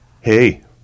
Hey